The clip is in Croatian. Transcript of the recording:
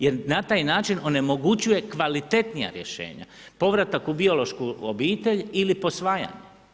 Jer na taj način onemogućuje kvalitetnija rješenja, povratak u biološku obitelj ili posvajanje.